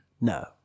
No